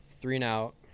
three-and-out